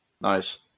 Nice